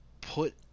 put